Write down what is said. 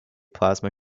plasma